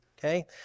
Okay